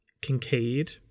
Kincaid